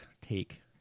take